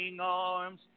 arms